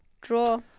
Draw